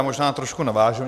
Možná trošku navážu.